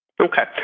Okay